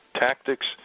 tactics